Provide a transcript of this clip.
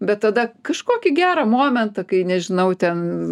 bet tada kažkokį gerą momentą kai nežinau ten